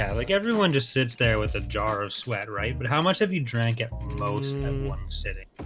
yeah like everyone just sits there with a jar of sweat, right? but how much have you drank it most in one sitting?